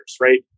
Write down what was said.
right